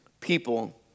people